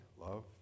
love